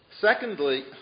Secondly